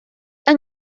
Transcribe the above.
yng